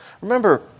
Remember